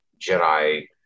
Jedi